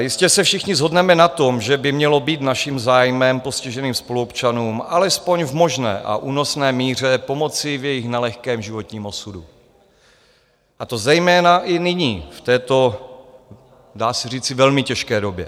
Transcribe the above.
Jistě se všichni shodneme na tom, že by mělo být naším zájmem postiženým spoluobčanům alespoň v možné a únosné míře pomoci v jejich nelehkém životním osudu, a to zejména i nyní, v této dá se říci velmi těžké době.